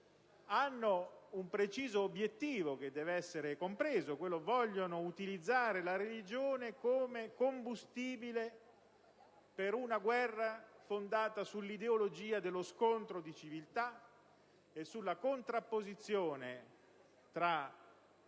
hanno un preciso obiettivo che deve essere compreso e cioè vogliono utilizzare la religione come combustibile per una guerra fondata sull'ideologia dello scontro di civiltà e sulla contrapposizione tra